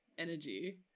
energy